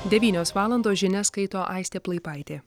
devynios valandos žinias skaito aistė plaipaitė